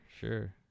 sure